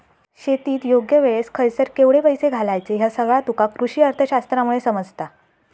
शेतीत योग्य वेळेक खयसर केवढे पैशे घालायचे ह्या सगळा तुका कृषीअर्थशास्त्रामुळे समजता